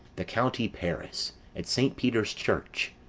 the county paris, at saint peter's church,